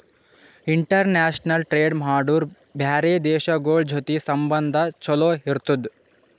international trade ಮಾಡುರ್ ಬ್ಯಾರೆ ದೇಶಗೋಳ್ ಜೊತಿ ಸಂಬಂಧ ಛಲೋ ಇರ್ತುದ್